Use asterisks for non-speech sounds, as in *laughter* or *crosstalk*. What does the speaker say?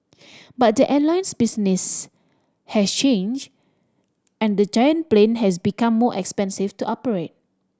*noise* but the airline's business has changed and the giant plane has become more expensive to operate